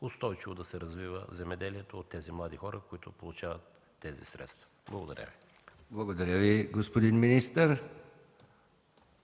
устойчиво да се развива земеделието от тези млади хора, които получават тези средства. Благодаря. ПРЕДСЕДАТЕЛ МИХАИЛ МИКОВ: Благодаря Ви, господин министър.